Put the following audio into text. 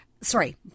sorry